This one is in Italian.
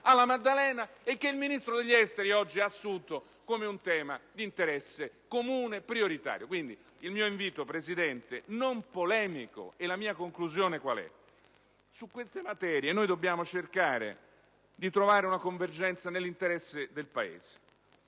alla Maddalena, e che il Ministro degli esteri oggi ha assunto come un tema di interesse comune e prioritario? Il mio invito non polemico e la mia conclusione sono che su queste materie dobbiamo cercare di trovare una convergenza nell'interesse del Paese.